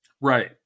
Right